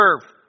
serve